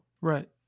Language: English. Right